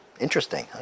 Interesting